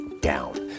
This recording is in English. down